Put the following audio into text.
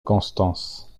constance